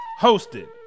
hosted